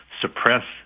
suppress